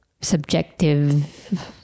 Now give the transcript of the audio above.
subjective